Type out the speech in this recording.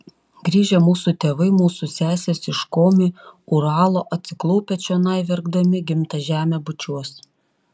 grįžę mūsų tėvai mūsų sesės iš komi uralo atsiklaupę čionai verkdami gimtą žemę bučiuos